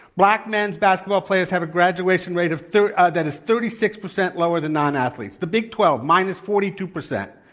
black men's basketball players have a graduation rate of ah that is thirty six percent lower than non-athletes. the big twelve, minus forty two percent.